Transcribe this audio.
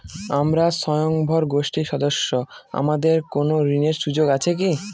আমরা স্বয়ম্ভর গোষ্ঠীর সদস্য আমাদের কোন ঋণের সুযোগ আছে কি?